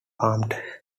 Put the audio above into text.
armed